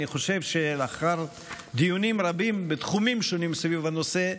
לאחר דיונים רבים בתחומים שונים סביב הנושא,